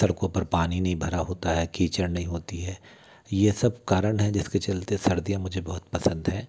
सड़कों पर पानी नहीं भरा होता है कीचड़ नहीं होता है ये सब कारण हैं जिसके चलते सर्दियाँ मुझे बहुत पसंद हैं